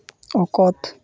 ᱚᱠᱚᱛ